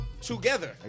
together